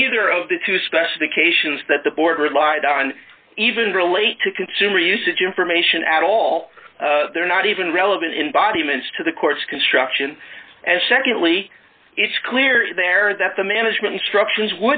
neither of the two specifications that the board relied on even relate to consumer usage information at all they're not even relevant in body image to the court's construction and secondly it's clear there that the management instructions